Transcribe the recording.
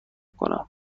کنم